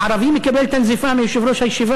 הערבי מקבל את הנזיפה מיושב-ראש הישיבה,